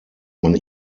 man